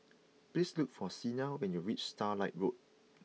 please look for Cena when you reach Starlight Road